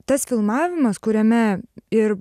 tas filmavimas kuriame ir